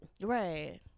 Right